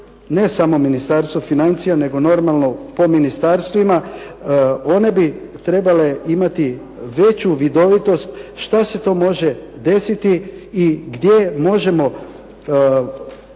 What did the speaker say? ne samo Ministarstvo financija, nego normalno po ministarstvima one bi trebale imati veću vidovitost šta se to može desiti i gdje možemo